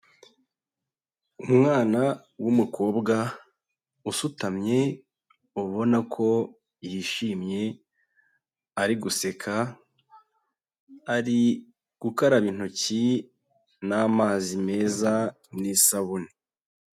Umwana w'umukobwa usutamye, ubona ko yishimye ari guseka, ari gukaraba intoki n'amazi meza n'isabune.